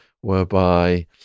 whereby